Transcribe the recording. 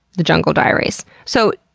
the jungle diaries. so,